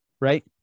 right